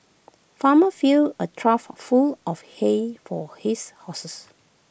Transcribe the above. farmer filled A trough full of hay for his horses